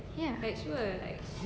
ya